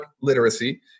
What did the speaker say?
literacy